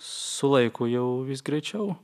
su laiku jau vis greičiau